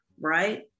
right